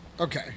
Okay